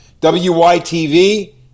WYTV